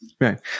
Right